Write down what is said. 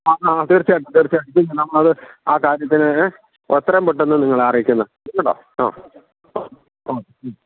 ആ ആ തീർച്ചയായിട്ടും തീർച്ചയായിട്ടും പിന്നെ നമ്മൾ അത് ആ കാര്യത്തിന് എത്രയും പെട്ടെന്ന് നിങ്ങളെ അറിയിക്കുന്നതാണ് കേട്ടോ ആ